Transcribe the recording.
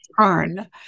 turn